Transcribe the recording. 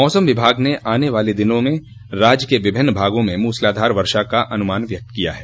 मौसम विभाग ने आने वाले दिनों में राज्य के विभिन्न भागों में मूसलाधार वर्षा का अनूमान व्यक्त किया है